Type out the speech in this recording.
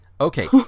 Okay